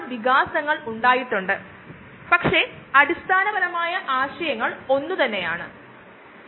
അതായത് നിങ്ങൾ disposable plastic പാത്രങ്ങളും ഉപയോഗിക്കുക ആണെകിൽ